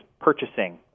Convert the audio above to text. purchasing